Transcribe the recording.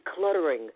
decluttering